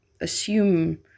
assume